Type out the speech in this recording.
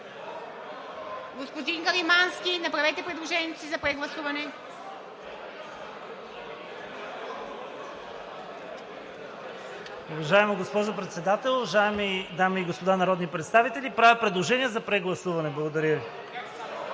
Господин Каримански, направете предложението си за прегласуване.